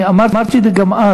אני אמרתי את זה גם אז: